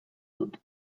dut